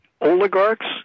oligarchs